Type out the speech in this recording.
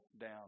down